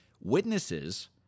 Witnesses